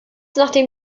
nachdem